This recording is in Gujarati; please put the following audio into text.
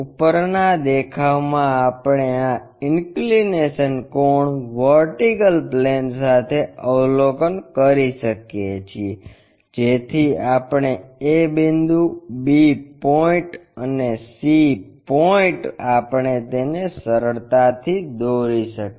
ઉપરના દેખાવમાં આપણે આ ઇન્કલીનેશન કોણ વર્ટિકલ પ્લેન સાથે અવલોકન કરી શકીએ છીએ જેથી આપણે a બિંદુ b પોઇન્ટ અને c પોઇન્ટ આપણે તેને સરળતાથી દોરી શકીએ